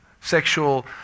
sexual